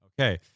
okay